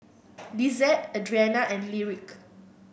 Lisette Adriana and Lyric